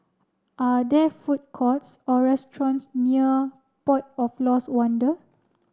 are there food courts or restaurants near Port of Lost Wonder